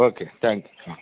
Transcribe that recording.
okay thank you ಹಾಂ